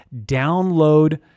Download